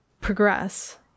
progress